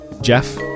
Jeff